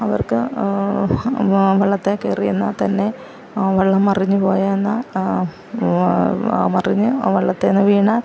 അവർക്ക് ആ വള്ളത്തേൽ കേറിയിരുന്നാൽത്തന്നെ ആ വള്ളം മറിഞ്ഞ് പോയെന്നാൽ മറിഞ്ഞ് വള്ളത്തേന്ന് വീണാൽ